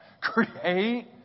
Create